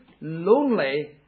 lonely